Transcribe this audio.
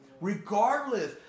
Regardless